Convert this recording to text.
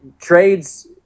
trades